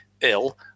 ill